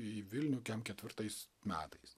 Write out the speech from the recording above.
į vilnių keturiasdešimt ketvirtais metais